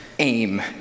AIM